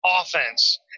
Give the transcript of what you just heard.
offense